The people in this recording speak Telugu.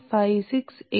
5686